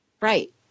Right